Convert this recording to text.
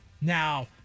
Now